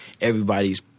everybody's